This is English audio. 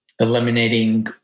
eliminating